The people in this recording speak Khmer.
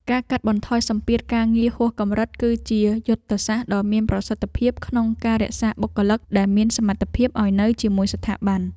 ការកាត់បន្ថយសម្ពាធការងារហួសកម្រិត គឺជាយុទ្ធសាស្ត្រដ៏មានប្រសិទ្ធភាពក្នុងការរក្សាបុគ្គលិកដែលមានសមត្ថភាពឱ្យនៅជាមួយស្ថាប័ន។